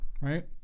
right